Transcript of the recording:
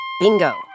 Bingo